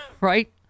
Right